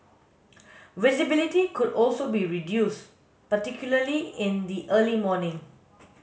visibility could also be reduced particularly in the early morning